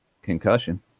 Concussion